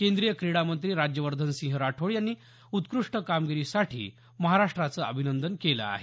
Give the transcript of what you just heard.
केंद्रीय क्रीडा मंत्री राज्यवर्धनसिंह राठोड यांनी उत्कृष्ट कामगिरीसाठी महाराष्ट्राचं अभिनंदन केलं आहे